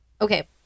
Okay